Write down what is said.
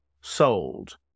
sold